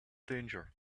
danger